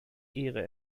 ehre